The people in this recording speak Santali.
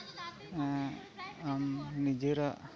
ᱟᱢ ᱱᱤᱡᱮᱨᱟᱜ